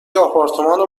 آپارتمان